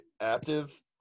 active